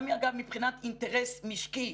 גם אגב מבחינת אינטרס משקי,